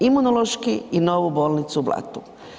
Imunološki i novu bolnicu u Blatu.